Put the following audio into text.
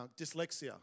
dyslexia